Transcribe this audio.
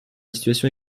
situation